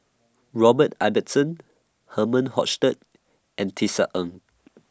Robert Ibbetson Herman Hochstadt and Tisa Ng